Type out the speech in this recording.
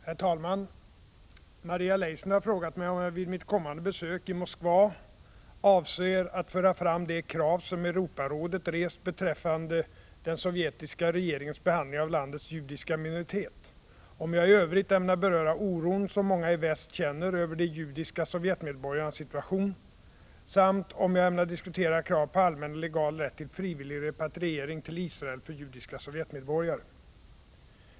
Herr talman! Maria Leissner har frågat mig om jag vid mitt kommande besök i Moskva avser föra fram de krav som Europarådet rest beträffande den sovjetiska regeringens behandling av landets judiska minoritet, om jag i Övrigt ämnar beröra oron som många i väst känner över de judiska sovjetmedborgarnas situation samt om jag ämnar diskutera kravet på allmän och legal rätt till frivillig repatriering till Israel för judiska sovjetmedborgare.